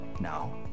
Now